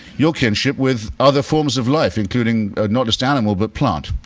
your kinship with other forms of life including not just animal but plant,